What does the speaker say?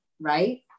right